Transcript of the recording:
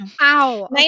Wow